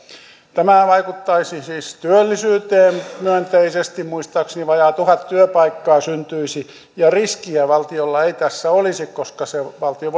tämä vaikuttaisi siis työllisyyteen myönteisesti muistaakseni vajaa tuhat työpaikkaa syntyisi ja riskiä valtiolla ei tässä olisi koska valtio